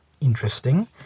interesting